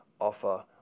offer